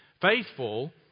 Faithful